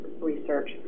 research